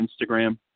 Instagram